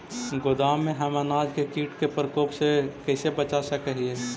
गोदाम में हम अनाज के किट के प्रकोप से कैसे बचा सक हिय?